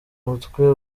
umutwe